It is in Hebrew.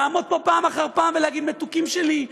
לעמוד פה פעם אחר פעם ולהגיד: מתוקים שלי,